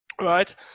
right